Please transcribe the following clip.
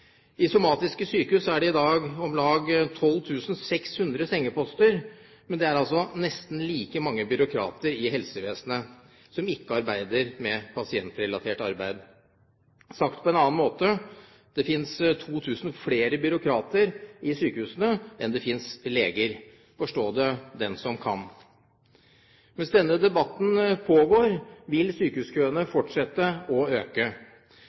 I somatiske sykehus er det i dag om lag 12 600 sengeposter, mens det er nesten like mange byråkrater i helsevesenet som ikke arbeider med pasientrelatert arbeid. Sagt på en annen måte: Det finnes 2 000 flere byråkrater i sykehusene enn det finnes leger – forstå det den som kan. Mens denne debatten pågår, vil sykehuskøene fortsette å øke.